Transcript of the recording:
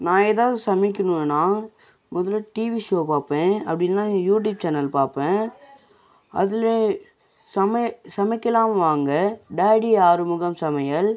நான் ஏதாவது சமைக்கணும்னா ஒன்று டிவி ஷோ பார்ப்பேன் அப்படி இல்லைனா இந்த யூடியூப் சேனல் பார்ப்பேன் அதில் சமை சமைக்கலாம் வாங்க டாடி ஆறுமுகம் சமையல்